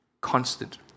constant